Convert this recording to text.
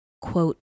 quote